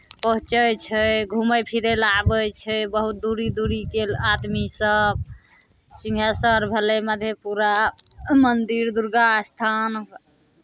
पहुँचै छै घुमय फिरय लेल आबै छै बहुत दूरी दूरी गेल आदमीसभ सिंहेश्वर भेलै मधेपुरा मन्दिर दुर्गा स्थान